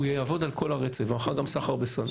הוא יעבוד על כל הרצף, ומחר גם סחר בסמים.